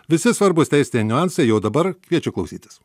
visi svarbūs teisiniai niuansai jau dabar kviečiu klausytis